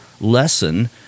lesson